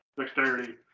dexterity